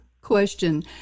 question